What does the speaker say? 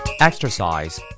Exercise